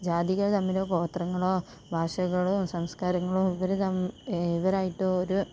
ജാതികൾ തമ്മിലോ ഗോത്രങ്ങളോ ഭാഷകളോ സംസ്ക്കാരങ്ങളോ ഇവർ തം ഇവരായിട്ട് ഒരു